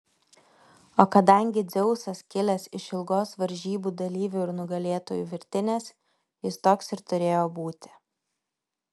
o kadangi dzeusas kilęs iš ilgos varžybų dalyvių ir nugalėtojų virtinės jis toks ir turėjo būti